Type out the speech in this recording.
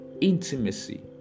intimacy